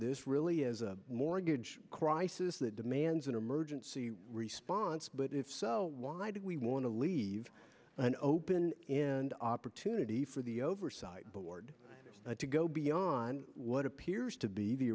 this really is a mortgage crisis that demands an emergency response but if so why do we want to leave an open opportunity for the oversight board to go beyond what appears to be the